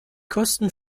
kosten